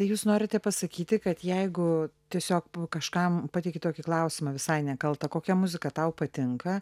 jūs norite pasakyti kad jeigu tiesiog pu kažkam pateiki tokį klausimą visai nekaltą kokia muzika tau patinka